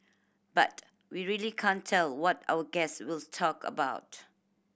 but we really can't tell what our guests will talk about